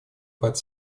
под